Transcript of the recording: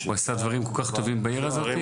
הוא עשה דברים כל כך טובים בעיר הזאת.